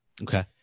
Okay